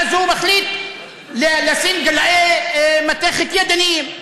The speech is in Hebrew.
ואז הוא מחליט לשים גלאי מתכת ידניים.